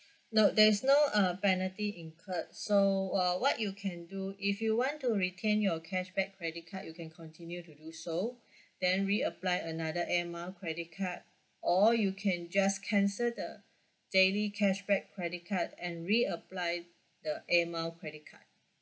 no there is not uh penalty incurred so uh what you can do if you want to retain your cashback credit card you can continue to do so then re apply another air mile credit card or you can just cancel the daily cashback credit card and re apply the air mile credit card